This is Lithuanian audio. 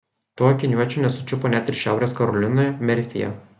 to akiniuočio nesučiupo net ir šiaurės karolinoje merfyje